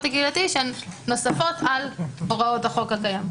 הקהילתי שהן נוספות על הוראות החוק הקיים.